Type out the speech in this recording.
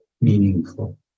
meaningful